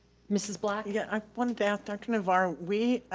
mrs. black? yeah, i wanted to ask dr. navarro, we,